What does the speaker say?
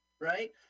right